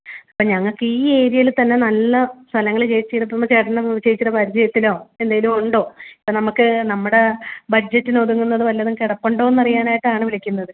അപ്പോൾ ഞങ്ങൾക്ക് ഈ ഏരിയയിലെ തന്നെ നല്ല സ്ഥലങ്ങൾ ചേച്ചിയുടെ അടുത്തുനിന്ന് ചേട്ടൻ്റെ ചേച്ചിയുടെ പരിചയത്തിലോ എന്തെങ്കിലും ഉണ്ടോ ഇപ്പം നമുക്ക് നമ്മുടെ ബഡ്ജറ്റിന് ഒതുങ്ങുന്നത് വല്ലതും കിടപ്പുണ്ടോ എന്നറിയാൻ ആയിട്ടാണ് വിളിക്കുന്നത്